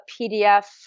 PDF